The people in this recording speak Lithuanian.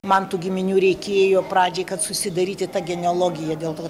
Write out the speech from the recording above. man tų giminių reikėjo pradžiai kad susidaryti tą genealogiją dėl to